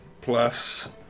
Plus